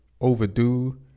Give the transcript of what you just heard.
overdue